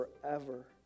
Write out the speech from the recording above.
forever